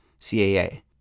CAA